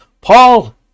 Paul